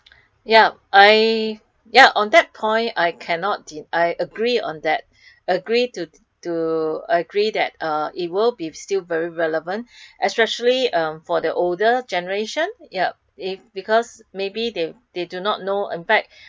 yup I yup on that point I cannot de~ I agree on that agree to to agree that uh it will still be very relevant especially uh for the older generation yup it because maybe they they do not know in fact